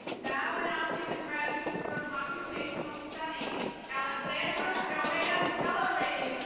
now announcing the graduates from occupational studies. alexandra jo-anne bellerive,